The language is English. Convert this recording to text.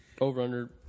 Over-under